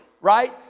right